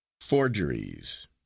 Forgeries